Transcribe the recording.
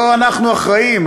לא אנחנו אחראים,